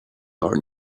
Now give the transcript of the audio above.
are